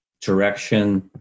direction